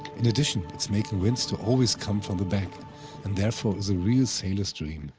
in addition, it's making winds to always come from the back and therefor is a real sailors dream.